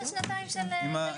לא בתי חולים, לא קופות חולים.